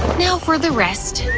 now for the rest.